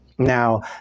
Now